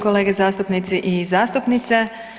Kolege zastupnici i zastupnice.